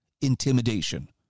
Intimidation